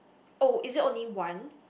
oh is it only one